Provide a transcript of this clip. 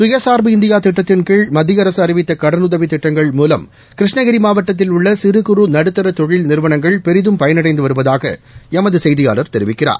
சுயசார்பு இந்தியா திட்டத்தின்கீழ் மத்திய அரசு அறிவித்த கடனுதவி திட்டங்கள் மூலம் கிருஷ்ணகிரி மாவட்டத்தில் உள்ள சிறு குறு நடுத்தர தொழில் நிறுவனங்கள் பெரிதும் பயனடைந்து வருவதாக எமது செய்தியாளர் தெரிவிக்கிறார்